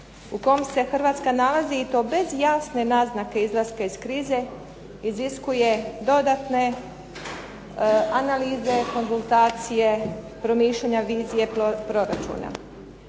u kom se Hrvatska nalazi i to bez jasne naznake izlaska iz krize, iziskuje dodatne analize, konzultacije, promišljanja, vizije proračuna.